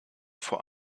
vor